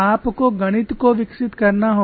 आपको गणित को विकसित करना होगा